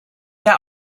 der